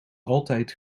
altijd